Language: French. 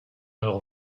leur